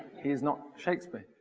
he's not shakespeare.